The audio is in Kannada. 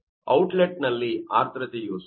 ಔಟ್ಲೆಟ್ ನಲ್ಲಿ ಆರ್ದ್ರತೆಯು 0